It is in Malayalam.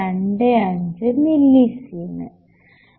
25 മില്ലിസീമെൻ